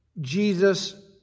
Jesus